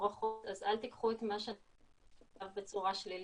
מבורכות אז אל תקחו את מה שאומר בצורה שלילית.